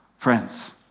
Friends